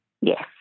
Yes